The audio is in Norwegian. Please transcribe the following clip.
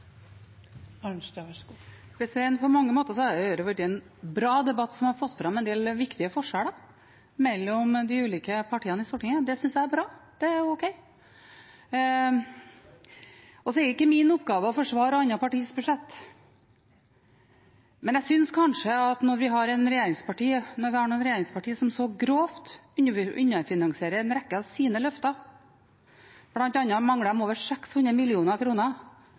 På mange måter har dette vært en bra debatt som har fått fram en del viktige forskjeller mellom de ulike partiene i Stortinget. Det syns jeg er bra, det er ok. Det er ikke min oppgave å forsvare andre partiers budsjett, men når vi har noen regjeringspartier som så grovt underfinansierer en rekke av sine løfter – bl.a. mangler de over 600